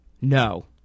No